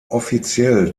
offiziell